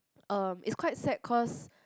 uh it's quite sad cause